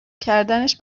کردنش